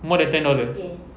more than ten dollars